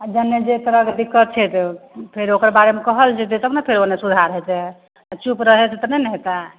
आओर जन्ने जे तरहके दिक्कत छै तऽ फेर ओकर बारेमे कहल जएतै तब ने फेर ओन्ने सुधार हेतै चुप रहै से तऽ नहि ने हेतै